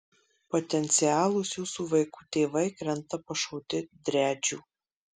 potencialūs jūsų vaikų tėvai krenta pašauti driadžių